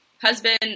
Husband